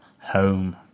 Home